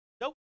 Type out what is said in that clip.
Nope